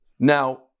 Now